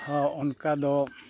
ᱦᱮᱸ ᱚᱱᱠᱟ ᱫᱚ